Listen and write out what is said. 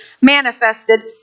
manifested